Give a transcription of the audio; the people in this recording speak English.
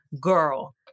Girl